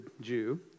Jew